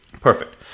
perfect